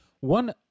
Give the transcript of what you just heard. One